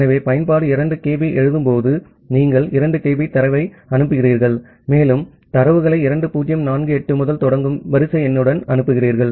ஆகவே பயன்பாடு 2 kB எழுதும் போது நீங்கள் 2 kB தரவை அனுப்புகிறீர்கள் மேலும் தரவுகளை 2048 முதல் தொடங்கும் வரிசை எண்ணுடன் அனுப்புகிறது